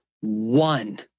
one